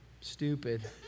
Stupid